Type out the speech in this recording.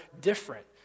different